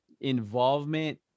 involvement